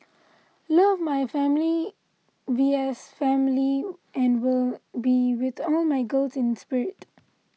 love my family V S family and will be with all my girls in spirit